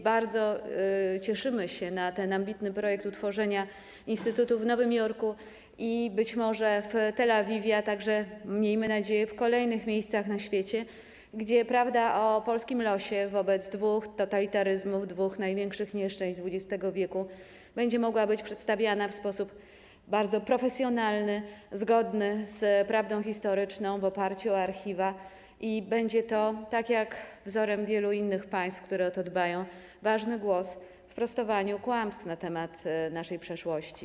Bardzo cieszymy się na ten ambitny projekt utworzenia instytutu w Nowym Jorku i być może w Tel Awiwie, a także, miejmy nadzieję, w kolejnych miejscach na świecie, gdzie prawda o polskim losie wobec dwóch totalitaryzmów, dwóch największych nieszczęść XX w., będzie mogła być przedstawiana w sposób profesjonalny, zgodny z prawdą historyczną, na podstawie dokumentów w archiwach, i będzie to, wzorem wielu innych państw, które o to dbają, ważny głos w prostowaniu kłamstw na temat naszej przeszłości.